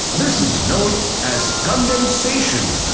this is known as condensation.